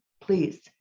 Please